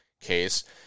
case